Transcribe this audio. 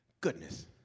Goodness